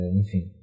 enfim